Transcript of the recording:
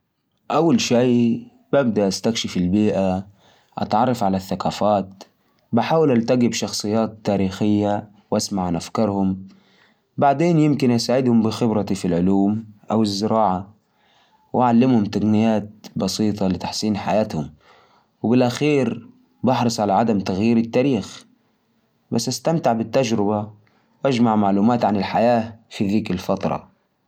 أول ما أرجع ألف سنة أبدأ أتعلم من الحضارات اللي كانت موجودة وقتها أستغل معرفتي بالعلوم الحديثة عشان أساعدهم في تطوير تقنياتهم زي الزراعة والطب أحاول أكون حكيم وأبني علاقات مع الزعما وأشاركهم أفكار تساعدهم في تحسين حياتهم وفي نفس الوقت أحترم تقاليدهم وعاداتهم عشان ما أصير غريب بينهم